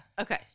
Okay